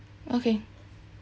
okay